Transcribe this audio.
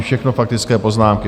Všechno faktické poznámky.